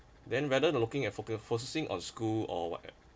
then rather than looking at focusing on school or whatever